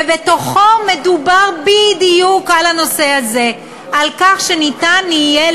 ובתוכו מדובר בדיוק על הנושא הזה על כך שניתן יהיה